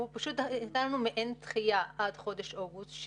הוא נתן לנו מעין דחייה עד חודש אוגוסט,